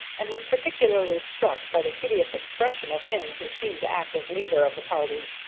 and was particularly struck by the hideous expression of him who seemed to act as leader of the party.